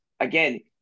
Again